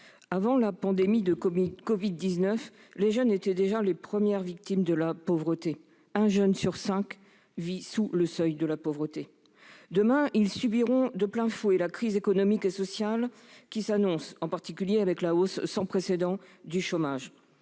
avant la pandémie de Covid-19, les jeunes étaient déjà les premières victimes de la pauvreté : un jeune sur cinq vit sous le seuil de pauvreté. Demain, ils subiront de plein fouet la crise économique et sociale qui s'annonce, en particulier la hausse sans précédent du chômage.